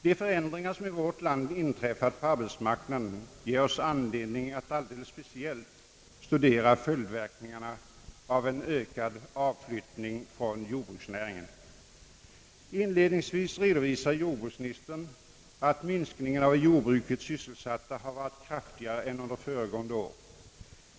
De förändringar som i vårt land inträffat på arbetsmarknaden ger oss anledning att alldeles speciellt studera följdverkningarna av en ökad avflyttning från jordbruksnäringen. Inledningsvis redovisar jordbruksministern att minskningen av i jordbruket sysselsatta varit kraftigare än under föregående år.